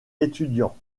étudiants